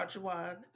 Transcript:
one